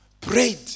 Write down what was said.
prayed